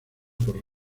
por